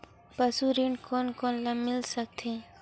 पशु ऋण कोन कोन ल मिल सकथे?